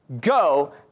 go